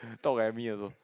talk army also